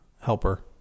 helper